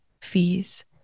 fees